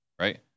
Right